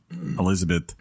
Elizabeth